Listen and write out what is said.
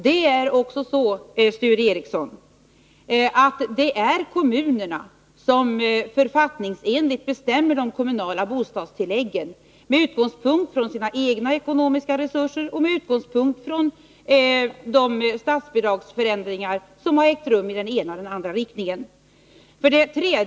Det är också, Sture Ericson, kommunerna som författningsenligt bestämmer de kommunala bostadstilläggen med utgångspunkt i sina egna ekonomiska resurser och de statsbidragsförändringar som ägt rum i den ena eller den andra riktningen.